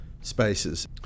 spaces